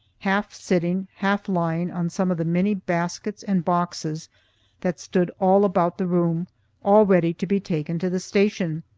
half sitting, half lying on some of the many baskets and boxes that stood all about the room all ready to be taken to the station.